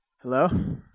Hello